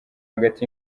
hagati